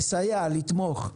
לסייע, לתמוך.